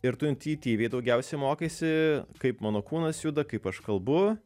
ir tu intuityviai daugiausiai mokaisi kaip mano kūnas juda kaip aš kalbu